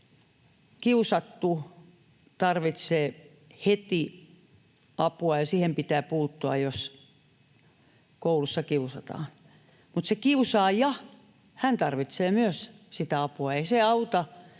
kiusattu tarvitsee heti apua ja siihen pitää puuttua, jos koulussa kiusataan. Mutta myös se kiusaaja tarvitsee apua.